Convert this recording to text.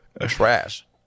Trash